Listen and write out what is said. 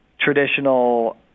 traditional